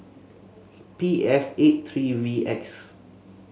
P F eight three V X